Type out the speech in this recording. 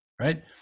right